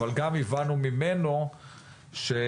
אבל גם הבנו ממנו שהיו